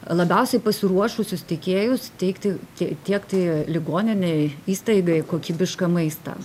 labiausiai pasiruošusius tiekėjus teikti tie tiekti ligoninei įstaigai kokybišką maistą